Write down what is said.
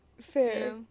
fair